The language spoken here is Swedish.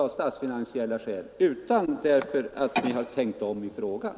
det statsfinansiella läget — utan på att man tänkt om i frågan.